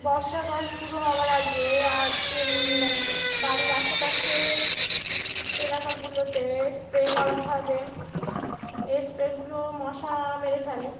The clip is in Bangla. বর্ষাকাল শুরু হওয়ার আগে মানে বাড়ির আশেপাশে এলাকাগুলোতে স্প্রে করাতে হবে এই স্প্রেগুলো মশা মেরে ফেলে